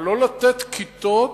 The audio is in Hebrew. אבל לא לתת כיתות